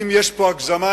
אם יש פה הגזמה,